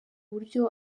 buryo